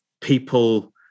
people